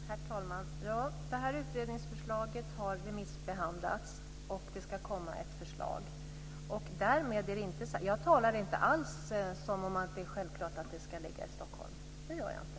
Herr talman! Utredningsförslaget har remissbehandlats och det ska komma ett förslag. Jag talar inte alls som om det är självklart att det ska ligga i Stockholm. Det gör jag inte.